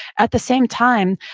at the same time,